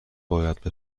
باید